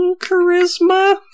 Charisma